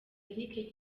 eric